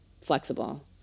flexible